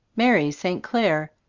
mary st. clare,